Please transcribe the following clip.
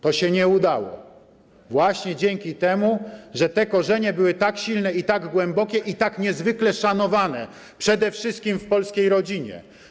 To się nie udało właśnie dzięki temu, że te korzenie były tak silne i tak głębokie, i tak niezwykle szanowane, przede wszystkim w polskiej rodzinie.